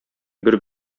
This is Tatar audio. бер